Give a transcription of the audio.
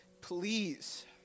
please